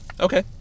Okay